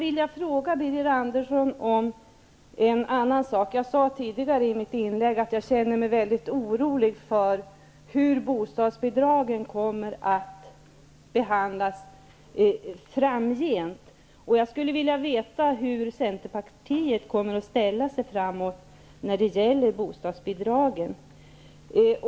I mitt tidigare inlägg sade jag att jag känner mig väldigt orolig för hur man framgent kommer att behandla frågan om bostadsbidrag, och jag skulle vilja veta hur Centern framledes kommer att ställa sig när det gäller bostadsbidragen.